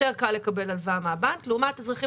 יותר קל לקבל הלוואה מהבנק לעומת אזרחים